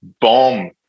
bomb